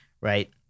right